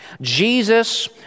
Jesus